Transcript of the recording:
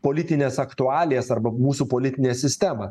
politines aktualijas arba mūsų politinę sistemą